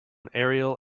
aerial